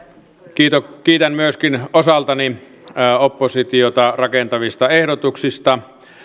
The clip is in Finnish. kiitän kiitän myöskin osaltani oppositiota rakentavista ehdotuksista